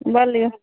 बोलिऔ